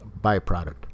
byproduct